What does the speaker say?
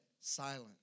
silent